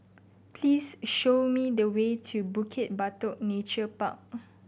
please show me the way to Bukit Batok Nature Park